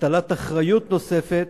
הטלת אחריות נוספת,